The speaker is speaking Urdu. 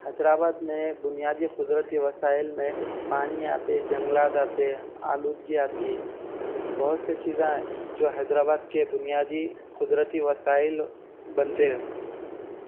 حیدرآباد میں بنیادی قدرتی وسائل میں پانی آتے جنگلات آتے آلودگی آتی بہت سے چیزاں جو حیدرآباد کے بنیادی قدرتی وسائل بنتے ہیں